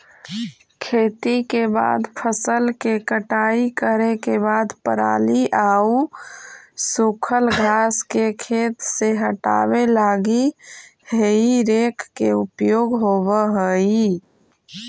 खेती के बाद फसल के कटाई करे के बाद पराली आउ सूखल घास के खेत से हटावे लगी हेइ रेक के उपयोग होवऽ हई